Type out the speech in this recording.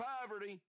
poverty